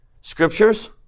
scriptures